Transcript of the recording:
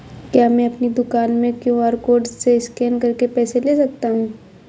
क्या मैं अपनी दुकान में क्यू.आर कोड से स्कैन करके पैसे ले सकता हूँ?